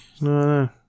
No